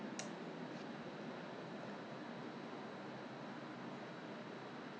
okay 你挤了一点点 you a~ when you apply to your face ah then you will start to see a lot of those thing peeling off